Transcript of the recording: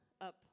up